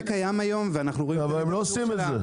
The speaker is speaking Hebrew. זה קיים היום ואנחנו רואים --- אבל הם לא עושים את זה,